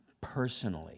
personally